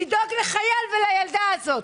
צריכה לדאוג לחייל ולילדה הזאת,